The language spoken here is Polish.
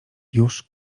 już